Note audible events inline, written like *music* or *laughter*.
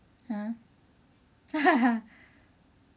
!huh! *laughs*